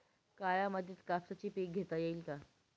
काळ्या मातीत कापसाचे पीक घेता येईल का?